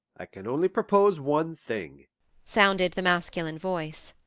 i can only propose one thing sounded the masculine voice.